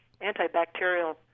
antibacterial